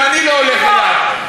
גם אני לא הולך אליו.